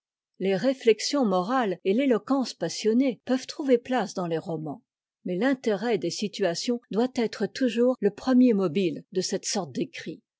les réuexions morales et l'éloquence passionnée peuvent trouver place dans les romans mais l'intérêt des situations doit être toujours le premier mobile de cette sorte d'écrits